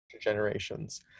generations